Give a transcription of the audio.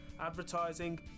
advertising